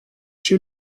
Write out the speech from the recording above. she